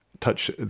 touch